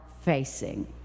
facing